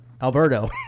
Alberto